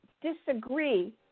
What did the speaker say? Disagree